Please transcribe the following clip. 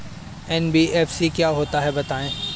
NBFC क्या होता है बताएँ?